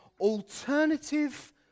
alternative